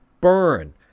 burn